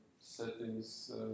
settings